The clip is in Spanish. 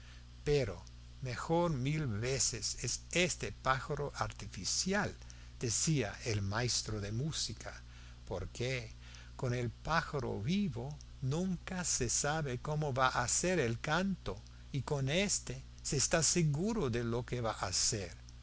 pero mejor mil veces es este pájaro artificial decía el maestro de música porque con el pájaro vivo nunca se sabe cómo va a ser el canto y con éste se está seguro de lo que va a ser